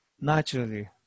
naturally